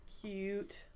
Cute